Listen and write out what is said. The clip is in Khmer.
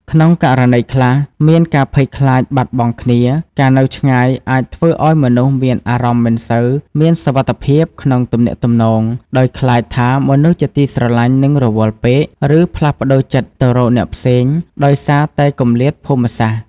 ក្នុងករណីខ្លះ មានការភ័យខ្លាចបាត់បង់គ្នា ការនៅឆ្ងាយអាចធ្វើឱ្យមនុស្សមានអារម្មណ៍មិនសូវមានសុវត្ថិភាពក្នុងទំនាក់ទំនង ដោយខ្លាចថាមនុស្សជាទីស្រឡាញ់នឹងរវល់ពេក ឬផ្លាស់ប្តូរចិត្តទៅរកអ្នកផ្សេងដោយសារតែគម្លាតភូមិសាស្ត្រ។